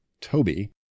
Toby